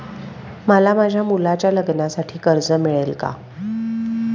मला माझ्या मुलाच्या लग्नासाठी कर्ज मिळेल का?